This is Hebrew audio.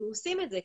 אנחנו עושים את זה.